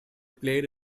played